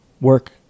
work